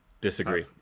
Disagree